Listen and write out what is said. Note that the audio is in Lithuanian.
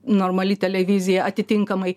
normali televizija atitinkamai